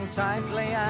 tightly